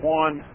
one